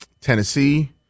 Tennessee